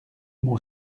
mon